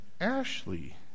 Ashley